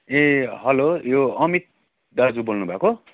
ए hello यो अमित दाजु बोल्नुभएको